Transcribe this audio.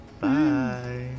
bye